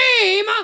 name